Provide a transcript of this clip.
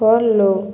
follow